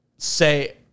Say